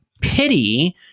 pity